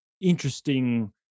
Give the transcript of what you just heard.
interesting